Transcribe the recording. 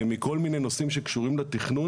מכל מיני נושאים שקשורים לתכנון,